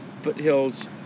Foothills